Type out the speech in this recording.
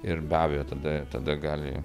ir be abejo tada tada gali